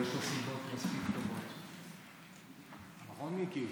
יש לו סיבות מספיק טובות, נכון, מיקי?